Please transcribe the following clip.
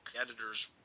editors